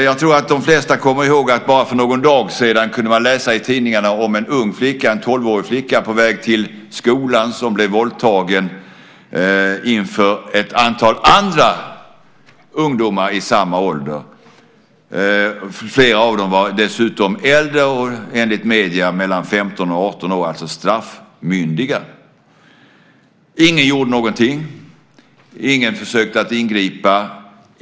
Jag tror att de flesta kommer ihåg att man bara för någon dag sedan kunde läsa i tidningarna om en ung, tolvårig, flicka på väg till skolan som blev våldtagen inför ett antal andra ungdomar i samma ålder. Flera av dem var dessutom äldre - enligt medierna mellan 15 och 18 år. De är alltså straffmyndiga. Ingen gjorde någonting. Ingen försökte ingripa.